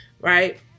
right